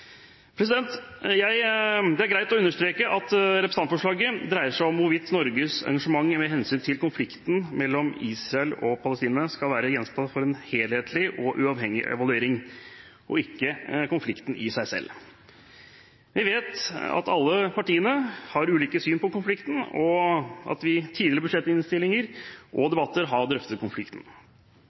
Det er greit å understreke at representantforslaget dreier seg om hvorvidt Norges engasjement med hensyn til konflikten mellom Israel og palestinerne skal være gjenstand for en helhetlig og uavhengig evaluering, og ikke om konflikten i seg selv. Vi vet at alle partiene har ulike syn på konflikten, og at vi i tidligere budsjettinnstillinger og debatter har drøftet konflikten.